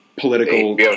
political